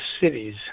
cities